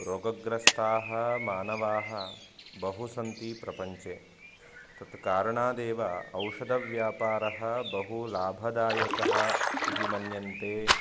रोगग्रस्ताः मानवाः बहु सन्ति प्रपञ्चे तत् कारणादेव औषधव्यापारः बहु लाभदायकः इति मन्यन्ते